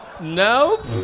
Nope